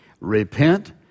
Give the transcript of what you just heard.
repent